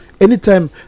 Anytime